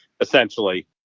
essentially